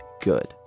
good